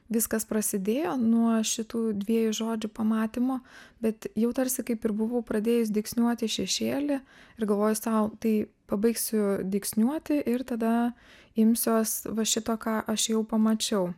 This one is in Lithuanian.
viskas prasidėjo nuo šitų dviejų žodžių pamatymo bet jau tarsi kaip ir buvau pradėjus dygsniuoti šešėlį ir galvoju sau tai pabaigsiu dygsniuoti ir tada imsiuos va šito ką aš jau pamačiau